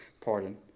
pardon